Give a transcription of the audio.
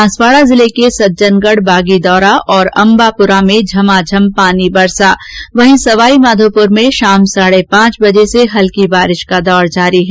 बांसवाडा जिले के सज्जनगढ बागीदोरा और अम्बापुरा में झमाझम पानी बरसा वहीं सवाईमाघोपुर में शाम साढे पांच बजे से हल्की बारिश का दौर जारी है